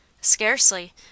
Scarcely